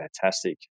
fantastic